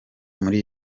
muri